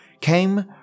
came